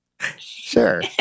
Sure